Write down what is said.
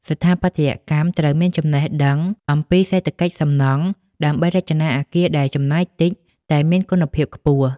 ស្ថាបត្យករត្រូវមានចំណេះដឹងអំពីសេដ្ឋកិច្ចសំណង់ ដើម្បីរចនាអគារដែលចំណាយតិចតែមានគុណភាពខ្ពស់។